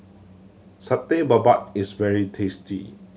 Satay Babat is very tasty